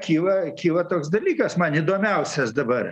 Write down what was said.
kyla kyla toks dalykas man įdomiausias dabar